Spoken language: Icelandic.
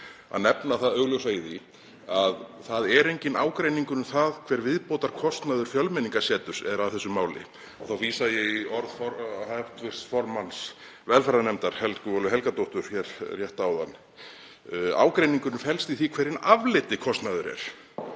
að nefna það augljósa í því. Það er enginn ágreiningur um það hver viðbótarkostnaður Fjölmenningarseturs er af þessu máli, og þá vísa ég í orð hv. formanns velferðarnefndar, Helgu Völu Helgadóttur, rétt áðan. Ágreiningurinn felst í því hver hinn afleiddi kostnaður er.